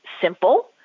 simple